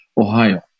Ohio